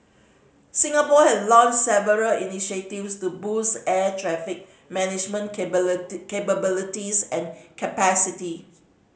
Singapore has launch several initiatives to boost air traffic management capabilities and capacity